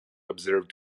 observed